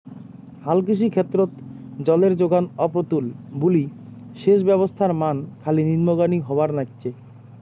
হালকৃষি ক্ষেত্রত জলের জোগান অপ্রতুল বুলি সেচ ব্যবস্থার মান খালি নিম্নগামী হবার নাইগছে